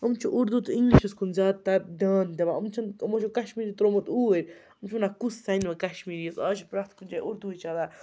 یِم چھِ اُردوٗ تہٕ اِنٛگلِشس کُن زیادٕ تر دھیان دِوان یِم چھِنہٕ یِمَن چھُ کشمیٖری ترٛوومُت اوٗرۍ یِم چھِ وَنان کُس سنہِ وۄنۍ کشمیٖریَس اَز چھِ پرٛٮ۪تھ کُنہِ جایہِ اُردوٗوٕے چَلان